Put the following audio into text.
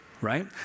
right